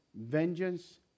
vengeance